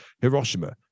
Hiroshima